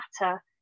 matter